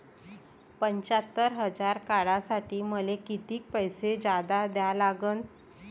पंच्यात्तर हजार काढासाठी मले कितीक पैसे जादा द्या लागन?